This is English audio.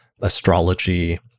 astrology